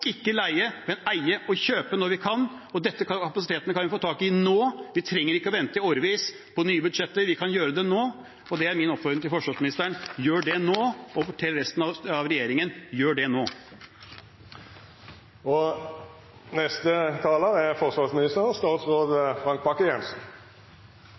ikke leie, men eie og kjøpe når vi kan. Denne kapasiteten kan vi få tak i nå, vi trenger ikke å vente i årevis på nye budsjetter – vi kan gjøre det nå, og det er min oppfordring til forsvarsministeren: Gjør det nå og fortell det til resten av regjeringen – gjør det nå! For regjeringen er det viktig å følge opp de prioriteringene og